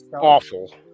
awful